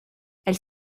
elle